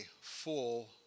full